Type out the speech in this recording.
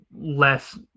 less